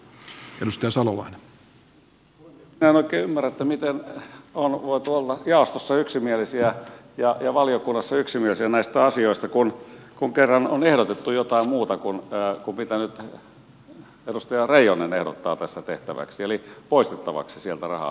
minä en oikein ymmärrä miten on voitu olla jaostossa yksimielisiä ja valiokunnassa yksimielisiä näistä asioista kun kerran on ehdotettu jotain muuta kun nyt edustaja reijonen ehdottaa tässä tehtäväksi eli poistettavaksi sieltä rahaa